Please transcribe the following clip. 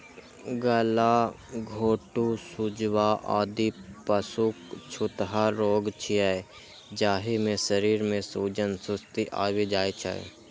गलाघोटूं, सुजवा, आदि पशुक छूतहा रोग छियै, जाहि मे शरीर मे सूजन, सुस्ती आबि जाइ छै